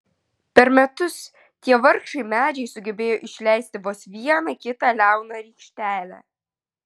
per metus tie vargšai medžiai sugebėjo išleisti vos vieną kitą liauną rykštelę